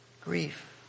grief